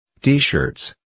t-shirts